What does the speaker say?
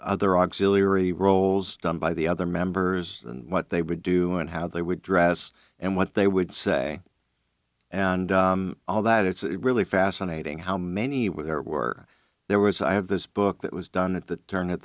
other auxiliary roles done by the other members and what they would do and how they would dress and what they would say and all that it's really fascinating how many were there were there was i have this book that was done at the turn of